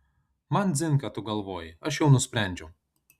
man dzin ką tu galvoji aš jau nusprendžiau